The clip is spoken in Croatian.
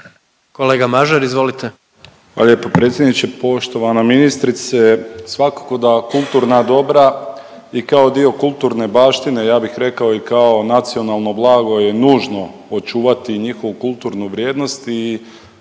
**Mažar, Nikola (HDZ)** Hvala lijepo predsjedniče. Poštovana ministrice, svakako da kulturna dobra i kao dio kulturne baštine ja bih rekao i kao nacionalno blago je nužno očuvati njihovu kulturnu vrijednost i